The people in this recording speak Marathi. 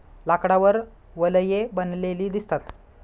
लाकडावर वलये बनलेली दिसतात